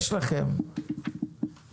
אם